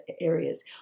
areas